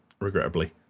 regrettably